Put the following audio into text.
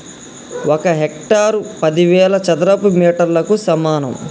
ఒక హెక్టారు పదివేల చదరపు మీటర్లకు సమానం